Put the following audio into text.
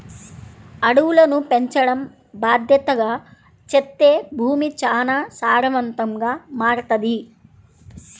అడవులను పెంచడం బాద్దెతగా చేత్తే భూమి చానా సారవంతంగా మారతది